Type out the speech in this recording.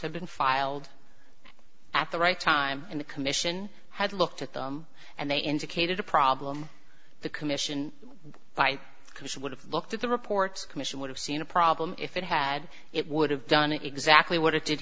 have been filed at the right time and the commission had looked at them and they indicated a problem the commission by commission would have looked at the reports commission would have seen a problem if it had it would have done exactly what it did